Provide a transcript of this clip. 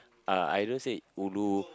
uh I don't say ulu